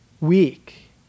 weak